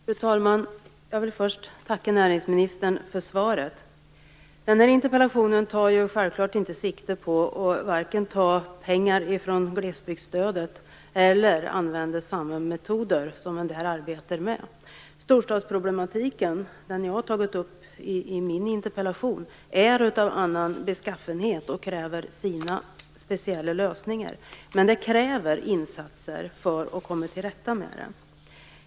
Fru talman! Jag vill först tacka näringsministern för svaret. Den här interpellationen tar självklart inte sikte på att ta pengar från glesbygdsstödet eller att använda samma metoder som man där arbetar med. Storstadsproblematiken, som jag har tagit upp i min interpellation, är av annan beskaffenhet och kräver sina speciella lösningar. Men det krävs insatser för att komma till rätta med den.